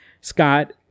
Scott